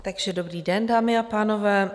Takže dobrý den, dámy a pánové.